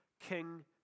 king